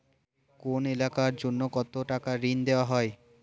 কোন এলাকার জন্য কত টাকা ঋণ দেয়া হয়?